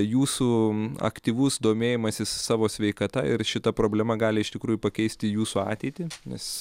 jūsų aktyvus domėjimasis savo sveikata ir šita problema gali iš tikrųjų pakeisti jūsų ateitį nes